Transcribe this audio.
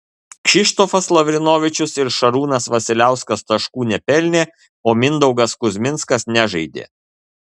kšištofas lavrinovičius ir šarūnas vasiliauskas taškų nepelnė o mindaugas kuzminskas nežaidė